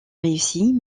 réussit